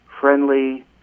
friendly